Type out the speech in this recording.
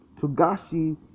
Togashi